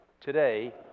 today